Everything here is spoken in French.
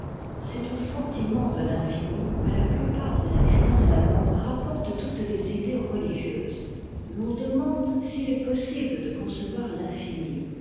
c'est au sentiment de l'infini que la plupart des écrivains allemands rapportent toutes les idées religieuses l'on demande s'il est possible de concevoir l'infini